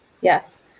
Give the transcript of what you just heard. Yes